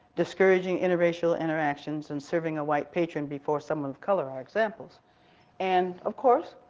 discouraging interracial interactions and serving a white patron before someone of color are examples and of course,